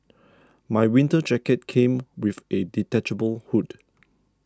my winter jacket came with a detachable hood